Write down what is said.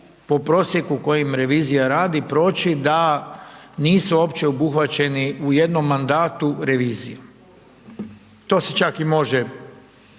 po prosjeku kojim revizija radi proći da nisu uopće obuhvaćeni u jednom mandatu revizijom. To se čak i može